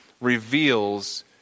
reveals